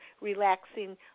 relaxing